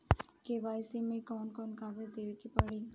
KYC मे कौन कौन कागज देवे के पड़ी?